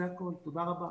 זה הכול, תודה רבה.